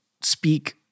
speak